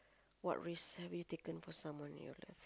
what risk have you taken for someone you love